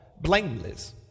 blameless